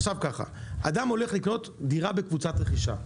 אדם הולך לקנות דירה בקבוצת רכישה,